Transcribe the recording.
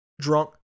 drunk